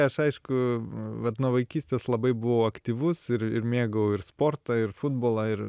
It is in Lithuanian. aš aišku vat nuo vaikystės labai buvau aktyvus ir ir mėgau ir sportą ir futbolą ir